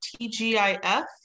TGIF